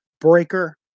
Breaker